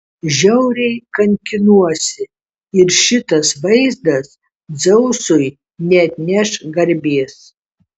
žiauriai kankinuosi ir šitas vaizdas dzeusui neatneš garbės